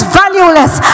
valueless